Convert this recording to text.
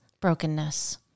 brokenness